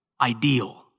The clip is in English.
ideal